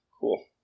Cool